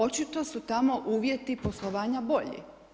Očito su tamo uvjeti poslovanja bolji.